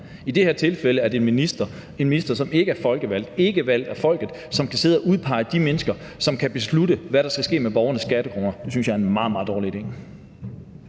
I det her tilfælde er det en minister, som ikke er folkevalgt – ikke valgt af folket – som kan sidde og udpege de mennesker, som skal beslutte, hvad der skal ske med borgernes skattekroner. Det synes jeg er en meget, meget dårlig idé.